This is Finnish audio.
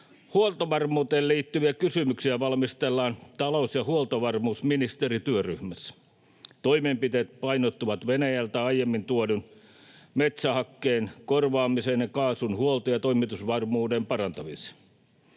Huoltovarmuuteen liittyviä kysymyksiä valmistellaan talous- ja huoltovarmuusministerityöryhmässä. Toimenpiteet painottuvat Venäjältä aiemmin tuodun metsähakkeen korvaamiseen ja kaasun huolto- ja toimitusvarmuuden parantamiseen.